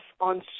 on